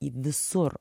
į visur